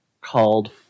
called